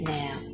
now